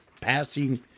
passing